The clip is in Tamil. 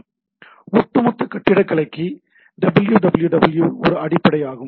எனவே ஒட்டுமொத்த கட்டிடக்கலைக்கு www ஒரு அடிப்படையாகும்